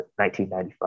1995